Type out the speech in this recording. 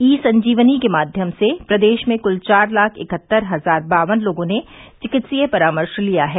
ई संजीवनी के माध्यम से प्रदेश में क्ल चार लाख इकहत्तर हजार बावन लोगों ने चिकित्सीय परामर्श लिया है